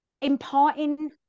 imparting